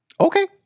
Okay